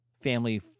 family